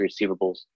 receivables